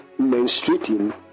menstruating